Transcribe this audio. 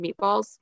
Meatballs